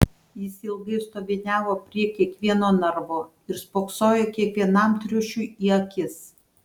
jis ilgai stoviniavo prie kiekvieno narvo ir spoksojo kiekvienam triušiui į akis